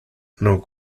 non